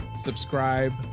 Subscribe